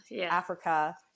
Africa